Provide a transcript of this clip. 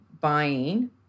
buying